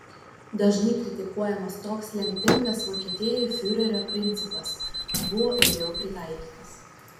dažnai kritikuojamas toks lemtingas vokietijai fiurerio principas buvo ir vėl pritaikytas